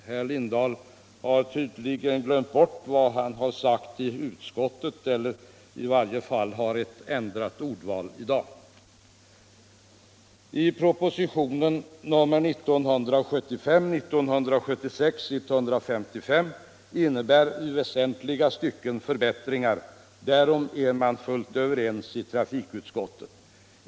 Herr Lindahl har tydligen glömt bort vad han sagt i utskottet; i varje fall har han ändrat sitt ordval i dag. Propositionen 1975/76:155 innebär i väsentliga stycken förbättringar. Därom är man helt överens i trafikutskottet.